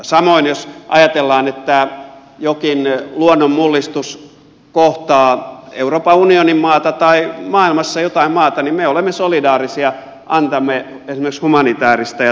samoin jos ajatellaan että jokin luonnonmullistus kohtaa euroopan unionin maata tai maailmassa jotain maata niin me olemme solidaarisia annamme esimerkiksi humanitääristä ja taloudellista tukea